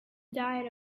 diet